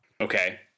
Okay